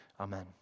Amen